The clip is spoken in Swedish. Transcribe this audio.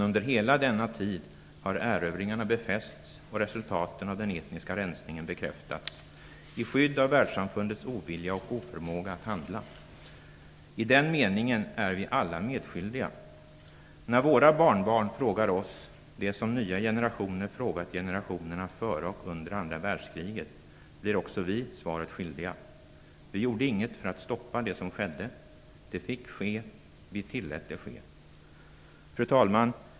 Under hela denna tid har erövringarna befästs och resultaten av den etniska rensningen bekräftats i skydd av världssamfundets ovilja och oförmåga att handla. I den meningen är vi alla medskyldiga. När våra barnbarn frågar oss det som nya generationer har frågat generationerna före och under andra världskriget blir också vi svaret skyldiga. Vi gjorde inget för att stoppa det som skedde. Det fick ske. Vi tillät att det skedde. Fru talman!